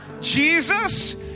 Jesus